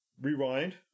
Rewind